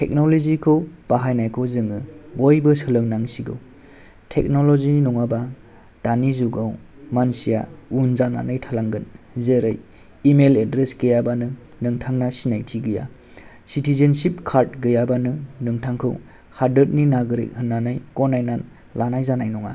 टेक्न'लजिखौ बाहायनायखौ जोङो बयबो सोलोंनांसिगौ टेक्न'लजि नङाबा दानि जुगाव उन जानानै थालांगोन जेरै इमेल एडड्रेस गैयाबानो नोंथाङा सिनायथि गैया सितिजेनसिफ कार्द गैयाबानो नोंथांखौ हादरनि नागरिक होननानै गनायनानै लानाय जानाय नङा